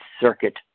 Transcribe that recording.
Circuit